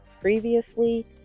previously